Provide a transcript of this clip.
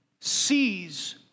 sees